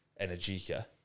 Energica